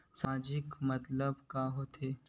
सामाजिक मतलब का होथे?